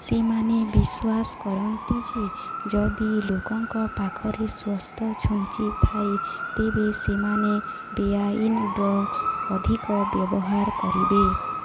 ସେମାନେ ବିଶ୍ୱାସ କରନ୍ତି ଯେ ଯଦି ଲୋକଙ୍କ ପାଖରେ ସ୍ୱସ୍ଥ ଛୁଞ୍ଚି ଥାଏ ତେବେ ସେମାନେ ବେଆଇନ ଡ୍ରଗ୍ସ ଅଧିକ ବ୍ୟବହାର କରିବେ